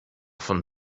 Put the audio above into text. von